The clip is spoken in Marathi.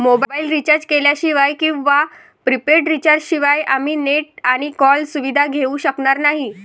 मोबाईल रिचार्ज केल्याशिवाय किंवा प्रीपेड रिचार्ज शिवाय आम्ही नेट आणि कॉल सुविधा घेऊ शकणार नाही